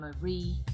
Marie